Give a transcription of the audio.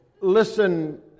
listen